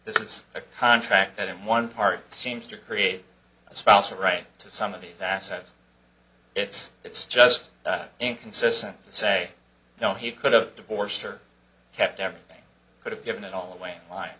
this is a contract that in one part seems to create a spouse a right to some of these assets it's it's just inconsistent to say no he could've divorced or kept everything could have given it all away lin